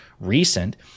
recent